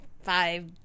five